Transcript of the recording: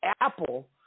Apple